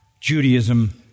Judaism